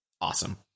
awesome